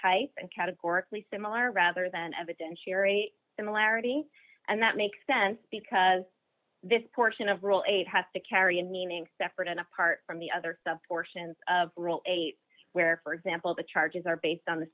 type and categorically similar rather than evidentiary similarity and that makes sense because this portion of rule eight has to carry a meaning separate and apart from the other stuff portions of rule eight where for example the charges are based on the